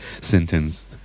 sentence